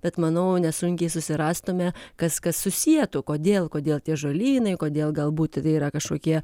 bet manau nesunkiai susirastume kas kas susietų kodėl kodėl tie žolynai kodėl galbūt tai yra kažkokie